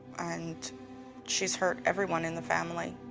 and she's hurt everyone in the family.